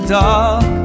dark